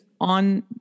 on